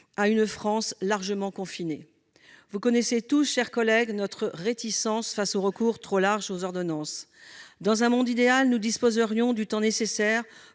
à une France largement confinée. Vous connaissez tous, chers collègues, notre réticence face au recours trop large aux ordonnances. Dans un monde idéal, nous disposerions du temps nécessaire